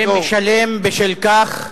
ומשלם בשל כך